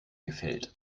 gefällt